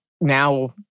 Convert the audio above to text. now